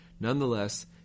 nonetheless